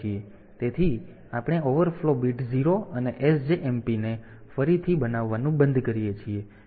તેથી આપણે overflow bit 0 અને SJMP ને ફરીથી બનાવવાનું બંધ કરીએ છીએ